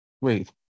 Wait